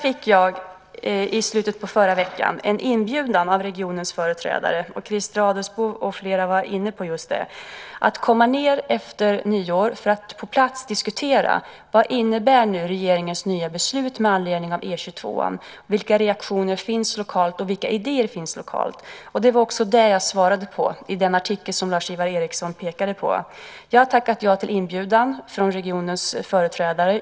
I slutet av förra veckan fick jag en inbjudan av regionens företrädare - Christer Adelsbo och flera var inne på just det - att komma ned efter nyår för att på plats diskutera: Vad innebär regeringens nya beslut med anledning av E 22:an? Vilka reaktioner finns lokalt, och vilka idéer finns lokalt? Det var också det som jag svarade på i den artikel som Lars-Ivar Ericson pekade på. Jag har tackat ja till inbjudan från regionens företrädare.